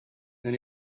then